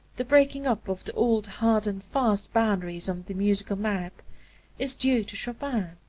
the breaking up of the old hard-and-fast boundaries on the musical map is due to chopin.